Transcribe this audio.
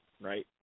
right